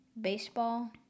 Baseball